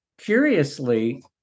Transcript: curiously